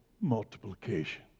multiplication